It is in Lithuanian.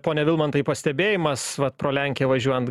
pone vilmantai pastebėjimas vat pro lenkiją važiuojant